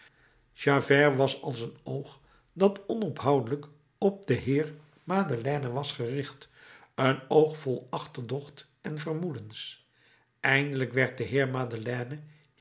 javert was als een oog dat onophoudelijk op den heer madeleine was gericht een oog vol achterdocht en vermoedens eindelijk werd de heer